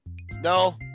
No